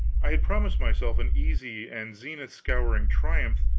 i had promised myself an easy and zenith-scouring triumph,